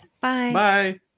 Bye